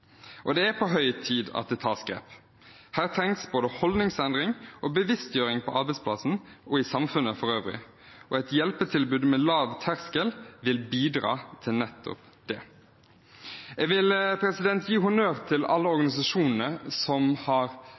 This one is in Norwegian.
Det er på høy tid at det tas grep. Her trengs både en holdningsendring og bevisstgjøring på arbeidsplassen og i samfunnet for øvrig. Et hjelpetilbud med lav terskel vil bidra til nettopp det. Jeg vil gi honnør til alle organisasjonene som har